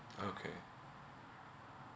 okay